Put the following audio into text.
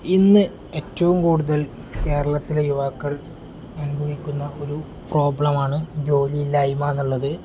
ഇന്ന് ഏറ്റവും കൂടുതൽ കേരളത്തിലെ യുവാക്കൾ അനുഭവിക്കുന്ന ഒരു പ്രോബ്ലമാണ് ജോലിയില്ലായ്മ ഏന്നുള്ളത്